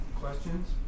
questions